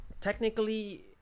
Technically